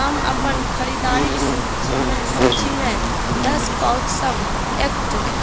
हम अपन खरीददारीक सूचिमे दस पाउच सब एक्ट